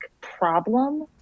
problem